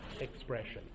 expression